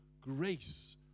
grace